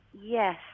yes